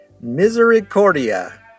misericordia